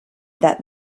that